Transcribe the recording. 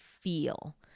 feel